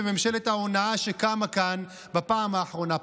בממשלת ההונאה שקמה כאן בפעם האחרונה.